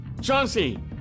Chauncey